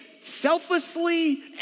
selflessly